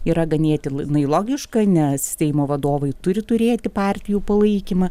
yra ganėtinai logiška nes seimo vadovai turi turėti partijų palaikymą